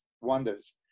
wonders